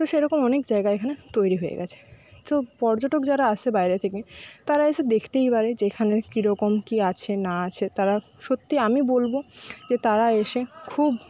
তো সেরকম অনেক জায়গা এখানে তৈরি হয়ে গেছে তো পর্যটক যারা আসে বায়রে থেকে তারা এসে দেখতেই পারে যে এখানে কি রকম কি আছে না আছে তারা সত্যি আমি বলবো যে তারা এসে খুব